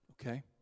okay